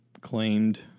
claimed